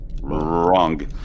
Wrong